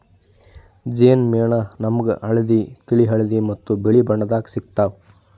ಜೇನ್ ಮೇಣ ನಾಮ್ಗ್ ಹಳ್ದಿ, ತಿಳಿ ಹಳದಿ ಮತ್ತ್ ಬಿಳಿ ಬಣ್ಣದಾಗ್ ಸಿಗ್ತಾವ್